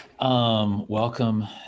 Welcome